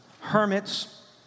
hermits